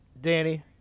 Danny